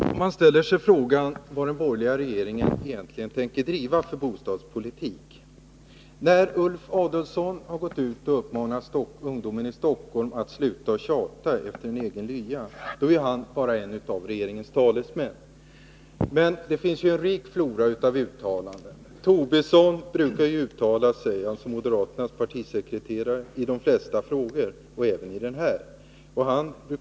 Herr talman! Man ställer sig frågan vad den borgerliga regeringen egentligen tänker driva för bostadspolitik. När Ulf Adelsohn gått ut och uppmanat ungdomen i Stockholm att sluta tjata om en egen lya är han bara en av regeringens talesmän. Men det finns en rik flora av uttalanden. Lars Tobisson, moderaternas partisekreterare, brukar uttala sig i de flesta frågor, och han har gjort det även i den här frågan.